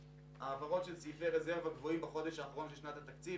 העברות של סכומי רזרבה גבוהים בחודש האחרון של שנת התקציב,